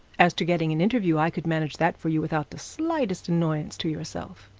as to getting an interview, i could manage that for you without the slightest annoyance to yourself